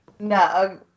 No